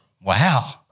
Wow